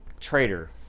traitor